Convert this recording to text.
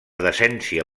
decència